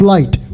Light